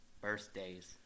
Birthdays